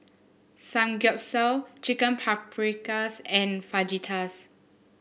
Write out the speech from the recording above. Samgyeopsal Chicken Paprikas and Fajitas